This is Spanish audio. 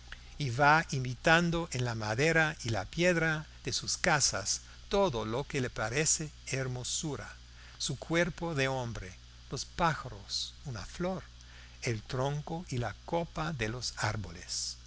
y va imitando en la madera y la piedra de sus casas todo lo que le parece hermosura su cuerpo de hombre los pájaros una flor el tronco y la copa de los árboles